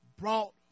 brought